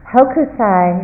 Hokusai